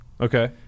Okay